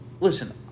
listen—